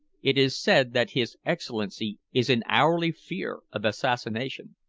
it is said that his excellency is in hourly fear of assassination.